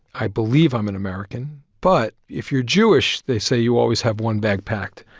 i believe i'm an american. but if you're jewish, they say you always have one bag packed.